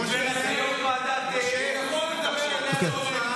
ולכן הוא יכול לדבר על מסורת,